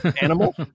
Animal